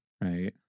right